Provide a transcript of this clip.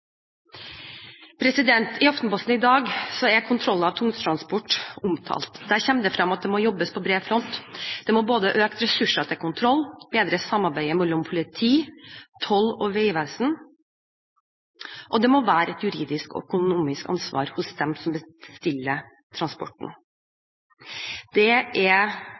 I Aftenposten i dag er kontroller av tungtransport omtalt. Der kommer det frem at det må jobbes på bred front. Man må øke ressursene til kontroll, bedre samarbeidet mellom politi, toll- og vegvesen, og det må ligge et juridisk og økonomisk ansvar hos dem som bestiller transporten. Det er